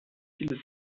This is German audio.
stilles